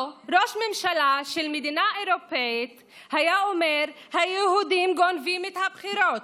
או שראש ממשלה של מדינה אירופית היה אומר: היהודים גונבים את הבחירות.